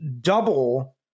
double